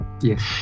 Yes